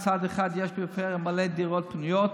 מצד אחד יש בפריפריה מלא דירות פנויות,